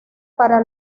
para